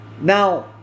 Now